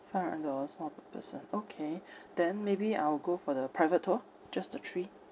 five hundred dollars more per person okay then maybe I will go for the private tour just the three